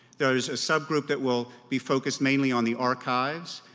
there's a subgroup that will be focused mainly on the archives.